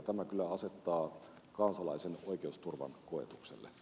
tämä kyllä asettaa kansalaisen oikeusturvan koetukselle